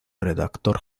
redactor